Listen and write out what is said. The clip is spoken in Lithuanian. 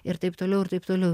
ir taip toliau ir taip toliau